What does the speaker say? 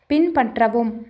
பின்பற்றவும்